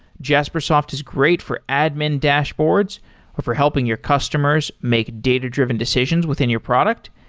jaspersoft is great for admin dashboards or for helping your customers make data-driven decisions within your product,